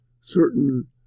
certain